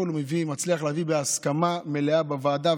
הכול הוא מצליח להביא בהסכמה מלאה בוועדה,